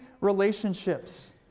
relationships